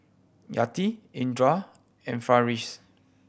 Yati Indra and Farish